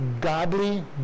godly